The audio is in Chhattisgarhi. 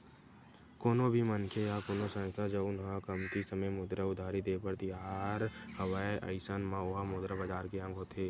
कोनो भी मनखे या कोनो संस्था जउन ह कमती समे मुद्रा उधारी देय बर तियार हवय अइसन म ओहा मुद्रा बजार के अंग होथे